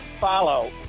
follow